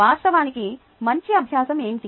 వాస్తవానికి మంచి అభ్యాసం ఏమిటి